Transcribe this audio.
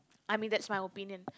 I mean that's my opinion